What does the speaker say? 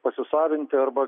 pasisavinti arba